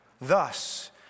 Thus